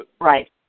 Right